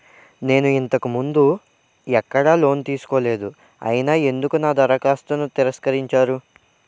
నేను ఇంతకు ముందు ఎక్కడ లోన్ తీసుకోలేదు అయినా ఎందుకు నా దరఖాస్తును తిరస్కరించారు?